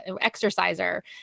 exerciser